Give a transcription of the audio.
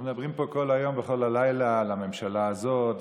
אנחנו מדברים פה כל היום וכול הלילה על הממשלה הזאת,